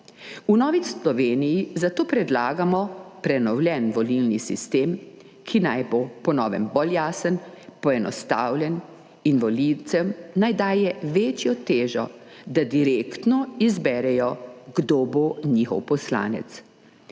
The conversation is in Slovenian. V Novi Sloveniji zato predlagamo prenovljen volilni sistem, ki naj bo po novem bolj jasen, poenostavljen in volivcem naj daje večjo težo, da direktno izberejo kdo bo njihov poslanec.